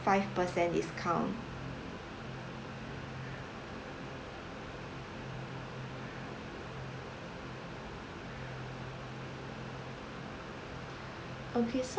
five percent discount okay so